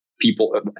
people